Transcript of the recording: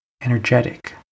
energetic